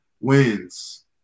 wins